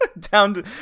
down